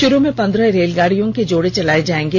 शुरू में पन्द्रह रेलगाडियों के जोड़े चलाए जाएंगे